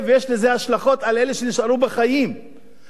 לא רק שאיבדנו מי שהלך לעולמו,